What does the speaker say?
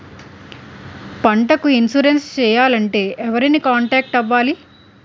పంటకు ఇన్సురెన్స్ చేయాలంటే ఎవరిని కాంటాక్ట్ అవ్వాలి?